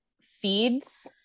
feeds